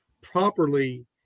properly